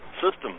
system